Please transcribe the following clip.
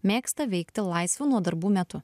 mėgsta veikti laisvu nuo darbų metu